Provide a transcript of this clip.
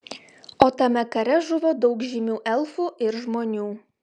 o tame kare žuvo daug žymių elfų ir žmonių